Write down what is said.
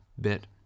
bit